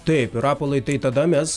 taip rapolai tai tada mes